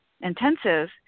intensive